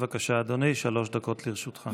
בבקשה, אדוני, שלוש דקות לרשותך.